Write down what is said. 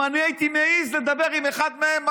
אם אני הייתי מעז לדבר עם אחד מהם,